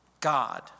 God